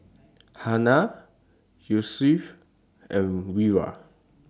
Hana Yusuf and Wira